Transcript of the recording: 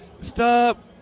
stop